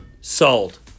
sold